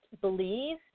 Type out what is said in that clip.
believe